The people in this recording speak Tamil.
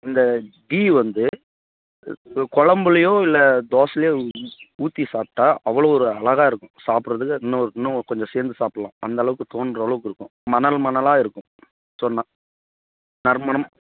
இந்த கீ வந்து இது கொழம்புலையோ இல்லை தோசையிலோ உ உ ஊற்றி சாப்பிட்டா அவ்வளோ ஒரு அழகா இருக்கும் சாப்பிட்றதுக்கு இன்னும் இன்னும் கொஞ்சம் சேர்ந்து சாப்பிட்லாம் அந்தளவுக்கு தோன்ற அளவுக்கு இருக்கும் மணல் மணலாக இருக்கும் சொன்னால் நறுமணம்